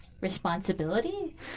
responsibility